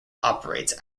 operates